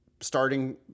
Starting